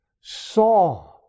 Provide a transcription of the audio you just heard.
saw